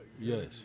Yes